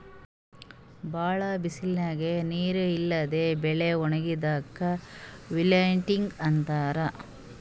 ಭಾಳ್ ಬಿಸಲಿಗ್ ನೀರ್ ಇಲ್ಲದೆ ಬೆಳಿ ಒಣಗದಾಕ್ ವಿಲ್ಟಿಂಗ್ ಅಂತಾರ್